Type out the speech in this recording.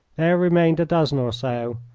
there remained a dozen or so,